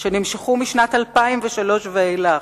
שנמשכו משנת 2003 ואילך,